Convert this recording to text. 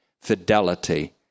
fidelity